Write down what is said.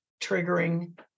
triggering